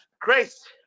grace